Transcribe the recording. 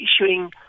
issuing